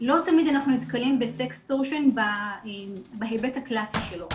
לא תמיד אנחנו נתקלים בסקסטורשן בהיבט הקלאסי שלו,